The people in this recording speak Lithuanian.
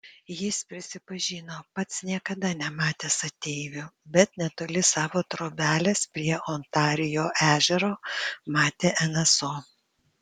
jis prisipažino pats niekada nematęs ateivių bet netoli savo trobelės prie ontarijo ežero matė nso